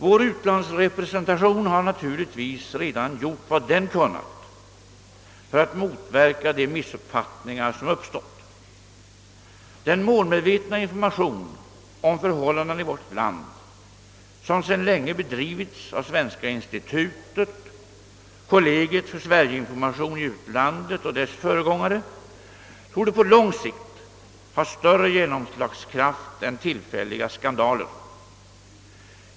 Vår utlandsrepresentation har naturligtvis redan gjort vad den kunnat för att motverka de missuppfattningar som uppstått. Den målmedvetna information om förhållandena i vårt land, som sedan länge bedrivits av Svenska institututet, kollegiet för Sverige-information i utlandet och dess föregångare, torde på lång sikt ha större genomslagskraft än tillfälliga skandaler.